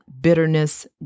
bitterness